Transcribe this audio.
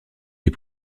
les